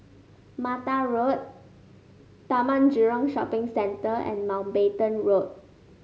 Mata Road Taman Jurong Shopping Centre and Mountbatten Road